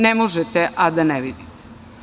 Ne možete, a da ne vidite.